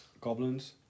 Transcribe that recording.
goblins